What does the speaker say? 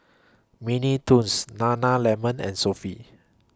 Mini Toons Nana Lemon and Sofy